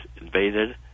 invaded